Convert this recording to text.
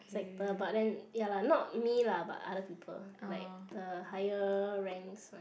sector but then ya lah not me lah but other people like uh higher ranks one